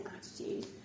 attitude